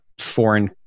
foreign